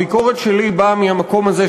הביקורת שלי באה מהמקום הזה,